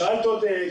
שאלת עוד,